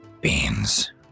Beans